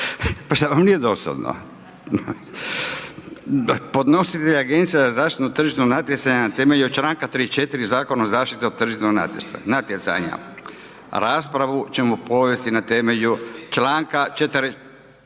više, molim vas. Podnositelj je agencija za zaštitu tržišnog natjecanja na temelju članka 34 Zakona o zaštiti tržišnog natjecanja. Raspravu ćemo provest na temelju članka 44